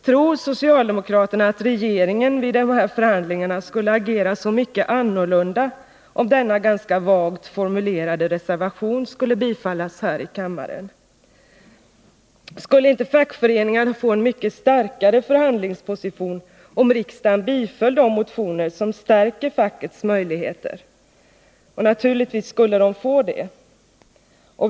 Tror socialdemokraterna att regeringen vid dessa förhandlingar skulle agera så mycket annorlunda, om denna ganska vagt formulerade reservation skulle bifallas här i kammaren? Skulle inte fackföreningarna få en mycket starkare förhandlingsposition, om riksdagen biföll de motioner som stärker fackets möjligheter? Naturligtvis skulle de få det.